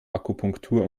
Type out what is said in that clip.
akupunktur